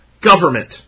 government